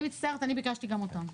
אני מצטערת, אני ביקשתי גם אותם.